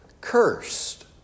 cursed